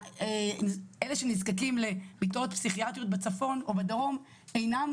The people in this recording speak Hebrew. אלה שנזקקים למיטות פסיכיאטריות בצפון או בדרום אינם